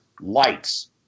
lights